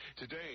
today